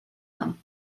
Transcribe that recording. them